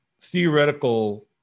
theoretical